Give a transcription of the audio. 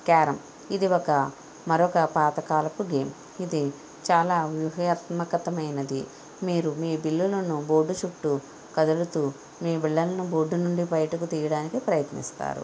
carrom ఇది ఒక మరొక పాతకాలపు గేమ్ ఇది చాలా వ్యూహాత్మకమైనది మీరు మీ బిళ్లలను బోర్డు చుట్టూ కదులుతూ మీ బిళ్లలను బోర్డు నుండి బయటకు తీయడానికి ప్రయత్నిస్తారు